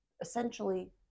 essentially